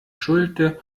schulte